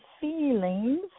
feelings